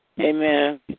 Amen